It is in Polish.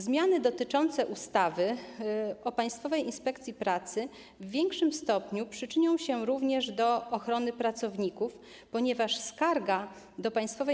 Zmiany dotyczące ustawy o Państwowej Inspekcji Pracy w większym stopniu przyczynią się również do ochrony pracowników, ponieważ skarga do Państwowej